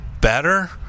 better